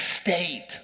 state